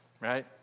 right